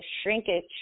shrinkage